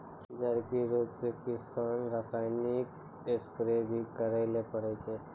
झड़की रोग से किसान रासायनिक स्प्रेय भी करै ले पड़ै छै